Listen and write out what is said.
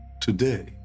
Today